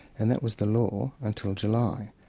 and that was the law until july.